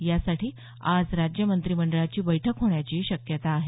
यासाठी आज राज्य मंत्रीमंडळाची बैठक होण्याची शक्यता आहे